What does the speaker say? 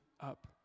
up